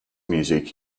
music